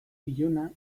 iluna